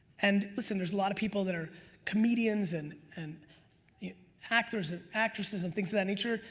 and listen, there's a lot of people that are comedians and and actors and actresses and things of that nature,